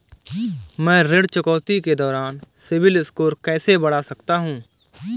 मैं ऋण चुकौती के दौरान सिबिल स्कोर कैसे बढ़ा सकता हूं?